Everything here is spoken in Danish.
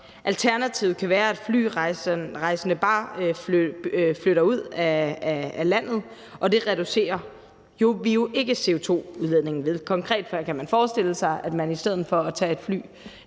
Alternativet kan være, at flyrejser bare flytter ud af landet, og det reducerer vi jo ikke CO2-udledningen ved. Konkret kan man forestille sig, at man i stedet for at tage et fly